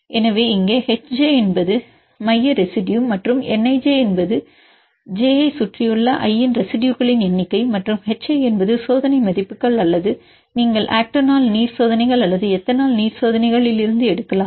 எனவே இங்கே H j என்பது மைய ரெசிடுயு மற்றும் N ij என்பது j ஐச் சுற்றியுள்ள i இன் ரெசிடுயுகளின் எண்ணிக்கை மற்றும் h i என்பது சோதனை மதிப்புகள் அல்லது நீங்கள் ஆக்டானோல் நீர் சோதனைகள் அல்லது எத்தனால் நீர் சோதனைகளில் இருந்து எடுக்கலாம்